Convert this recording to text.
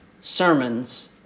sermons